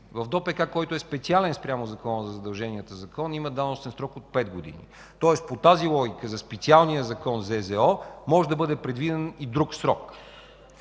В ДОПК, който е специален спрямо Закона за задълженията закон, има давностен срок от 5 години. Тоест по тази логика за специалния закон ЗЗО може да бъде предвиден и друг срок.